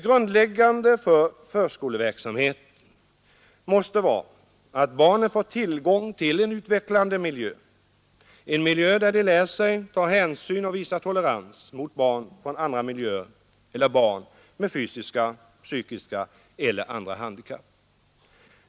Grundläggande för förskoleverksamheten måste vara att barnen får tillgång till en utvecklande miljö, en miljö där de lär sig ta hänsyn och visa tolerans mot barn från andra hemmiljöer eller barn med fysiska, psykiska eller andra handikapp.